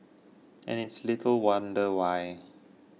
and it's little wonder why